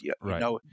Right